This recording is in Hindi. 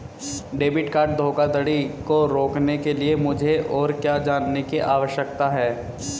डेबिट कार्ड धोखाधड़ी को रोकने के लिए मुझे और क्या जानने की आवश्यकता है?